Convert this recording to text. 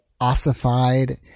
ossified